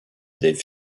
dave